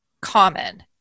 common